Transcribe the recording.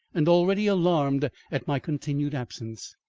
and already alarmed at my continued absence.